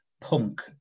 punk